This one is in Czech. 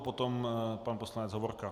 Potom pan poslanec Hovorka.